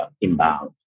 inbound